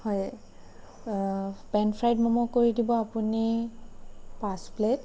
হয় pan fried momo কৰি দিব আপুনি পাঁচ প্লেট